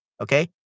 okay